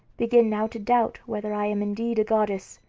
begin now to doubt whether i am indeed a goddess.